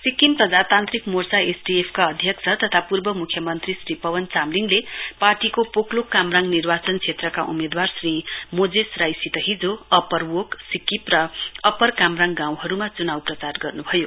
सिक्किम प्रजातान्त्रिक मोर्चाएसडिएफ का अध्यक्ष तथा पूर्व मुख्यमन्त्री श्री पवन चामलिङले पार्टीको पोकलोक कामराङ निर्वाचन क्षेत्रका उम्मेदवार श्री मोजेस राईसित हिजो अप्पर वोकसिक्किम र अप्पर कामराङ गाँउहरुमा चुनाउ प्रचार गर्नुभयो